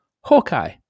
Hawkeye